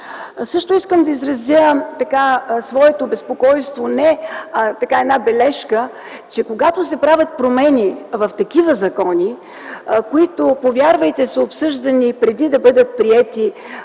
също да изразя своето безпокойство, не, а една бележка, че когато се правят промени в такива закони, които, повярвайте, са обсъждани преди да бъдат приети,